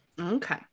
Okay